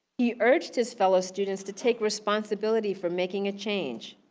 he urged his fellow students to take responsibility for making a change.